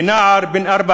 כנער בן 14: